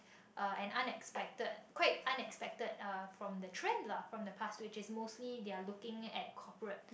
uh an unexpected quite unexpected uh from the trend lah from the past which is mostly they're looking at corporate